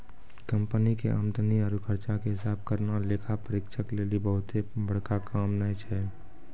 company के आमदनी आरु खर्चा के हिसाब करना लेखा परीक्षक लेली बहुते बड़का काम नै छै